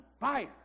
fire